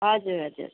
हजुर हजुर